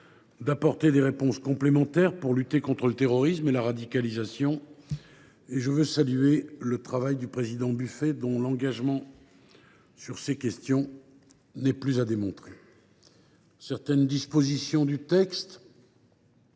à apporter des réponses complémentaires pour mieux lutter contre le terrorisme et la radicalisation ; à cet égard, je tiens à saluer le travail de M. Buffet, dont l’engagement sur ces questions n’est plus à démontrer. Certaines dispositions du texte